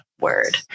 word